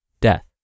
death